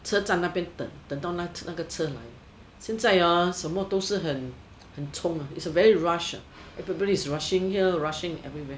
车站那便等等到那个车来现在哦什么都是很很匆 it's a very rush ah everybody's rushing here rushing everywhere